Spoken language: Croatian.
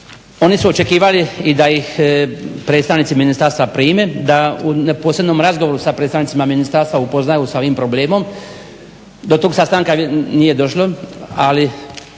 oni su očekivali i da ih predstavnici ministarstva prime da u posebnom razgovoru sa predstavnicima ministarstva upoznaju sa ovim problemom. Do tog sastanka nije došlo, ali